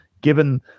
given